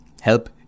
help